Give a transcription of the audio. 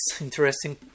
interesting